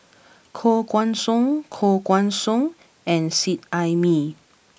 Koh Guan Song Koh Guan Song and Seet Ai Mee